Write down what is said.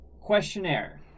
questionnaire